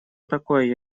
такое